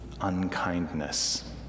unkindness